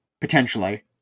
potentially